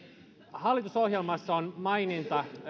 hallitusohjelmassa on maininta